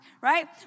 right